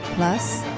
plus,